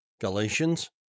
Galatians